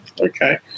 Okay